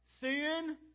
sin